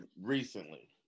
recently